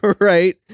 right